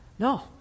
No